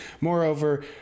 Moreover